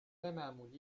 معمولی